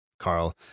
Carl